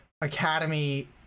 academy